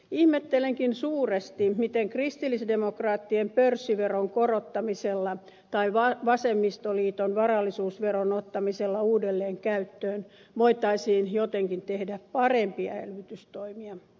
ihmettelenkin suuresti miten kristillisdemokraattien pörssiveron korottamisella tai vasemmistoliiton varallisuusveron ottamisella uudelleen käyttöön voitaisiin jotenkin tehdä parempia elvytystoimia